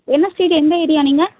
என்ன ஸ்டீட் எந்த ஏரியா நீங்கள்